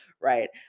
Right